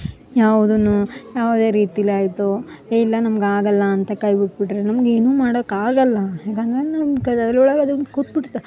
ಯಾವುದನ್ನು ಯಾವುದೇ ರೀತೀಲಿ ಆಯಿತು ಏ ಇಲ್ಲ ನಮ್ಗ ಆಗಲ್ಲ ಅಂತ ಕೈ ಬಿಟ್ಟು ಬಿಟ್ಟರೆ ನಮ್ಗ ಏನು ಮಾಡಕ್ಕಾಗಲ್ಲ ಯಾಕಂದರೆ ನಮ್ಮ ತಲೆ ಒಳಗ ಅದೊಂದು ಕೂತ್ಬಿಡುತ್ತೆ